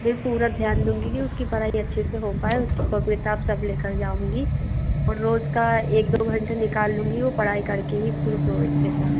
मैं पूरा ध्यान दूँगी कि उसकी पढ़ाई अच्छे से हो पाए उसकी कॉपी किताब सब ले कर जाऊँगा और रोज़ का एक दो घंटे निकाल लूँगी वो पढ़ाई कर के ही फिर सोए ऐसा